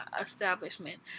establishment